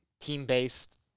team-based